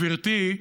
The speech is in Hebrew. גברתי,